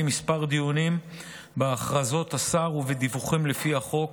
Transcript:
כמה דיונים בהכרזות השר ובדיווחים לפי החוק,